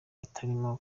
itarimo